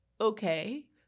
okay